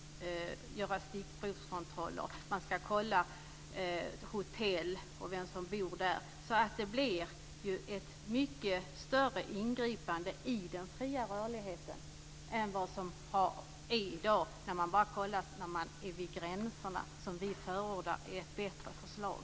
Genom stickprovskontroller skall man kolla hotell och vem som bor där. Det blir ett mycket större ingripande i den fria rörligheten än vad som gäller i dag, då man bara kollas vid gränserna. Vi förordar ett bättre förslag.